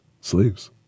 slaves